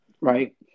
right